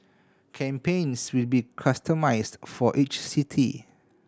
campaigns will be customised for each city